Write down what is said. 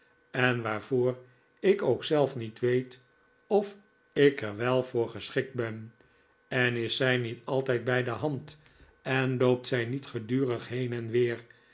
en waarvoor ik ook zelf niet weet of ik er wel voor geschikt ben en is zij niet altijd bij de hand en loopt zij niet gedurig heen en weer